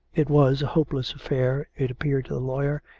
it was a hopeless affair it appeared to the lawyer,